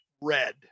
red